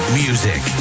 music